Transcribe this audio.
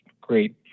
great